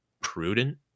prudent